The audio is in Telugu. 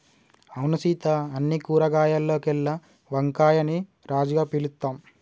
అవును సీత అన్ని కూరగాయాల్లోకెల్లా వంకాయని రాజుగా పిలుత్తాం